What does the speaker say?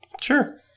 Sure